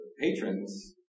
patrons